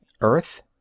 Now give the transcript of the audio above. Earth